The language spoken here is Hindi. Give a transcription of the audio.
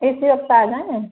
इसी वक्त आ जाएं